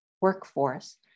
workforce